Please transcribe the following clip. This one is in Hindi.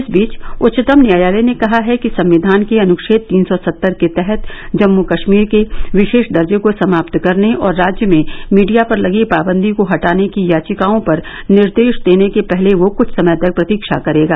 इस बीच उच्चतम न्यायालय ने कहा है कि संविधान के अनुच्छेद तीन सौ सत्तर के तहत जम्मू कश्मीर के विशेष दर्जे को समाप्त करने और राज्य में मीडिया पर लगी पाबंदी को हटाने की याचिकाओं पर निर्देश देने के पहले वो क्छ समय तक प्रतीक्षा करेगा